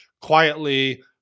quietly